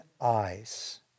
eyes